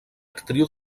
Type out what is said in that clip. actriu